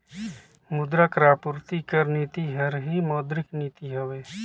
मुद्रा कर आपूरति कर नीति हर ही मौद्रिक नीति हवे